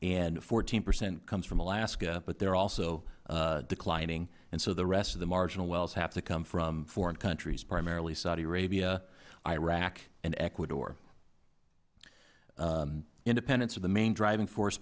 and fourteen percent comes from alaska but they're also declining and so the rest of the marginal wells have to come from foreign countries primarily saudi arabia iraq and ecuador independents is the main driving force